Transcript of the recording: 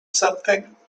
something